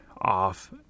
off